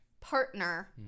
partner